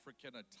African